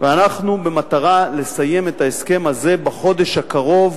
ואנחנו במטרה לסיים את ההסכם הזה בחודש הקרוב,